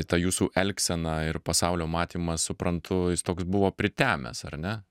ta jūsų elgsena ir pasaulio matymas suprantu jis toks buvo pritemęs ar ne